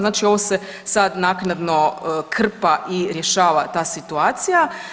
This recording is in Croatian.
Znači ovo se sad naknadno krpa i rješava ta situacija.